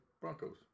Broncos